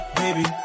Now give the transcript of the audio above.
baby